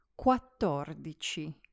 Quattordici